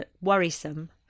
worrisome